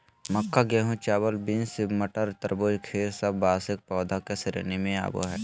मक्का, गेहूं, चावल, बींस, मटर, तरबूज, खीर सब वार्षिक पौधा के श्रेणी मे आवो हय